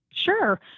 Sure